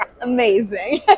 amazing